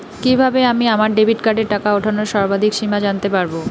কিভাবে আমি আমার ডেবিট কার্ডের টাকা ওঠানোর সর্বাধিক সীমা জানতে পারব?